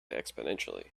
exponentially